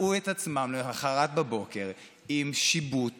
מצאו את עצמם למוחרת בבוקר עם שיבוט